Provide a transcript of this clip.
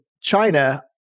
China